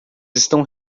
estão